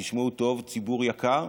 תשמעו טוב, ציבור יקר,